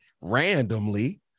randomly